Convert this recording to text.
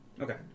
Okay